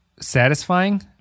satisfying